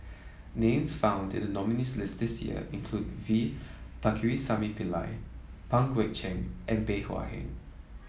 names found in the nominees' list this year include V Pakirisamy Pillai Pang Guek Cheng and Bey Hua Heng